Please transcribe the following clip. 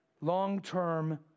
long-term